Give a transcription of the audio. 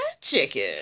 chicken